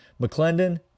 McClendon